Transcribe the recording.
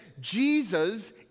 Jesus